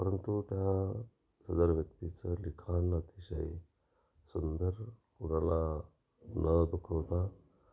परंतु त्या सदर व्यक्तीचं लिखाण अतिशय सुंदर कुणाला न दुखवता